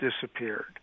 disappeared